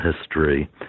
history